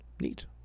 Neat